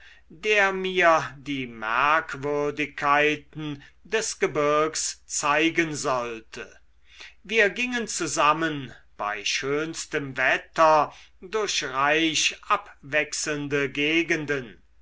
der mir die merkwürdigkeiten des gebirgs zeigen sollte wir gingen zusammen bei schönstem wetter durch reich abwechselnde gegenden